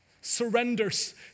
surrenders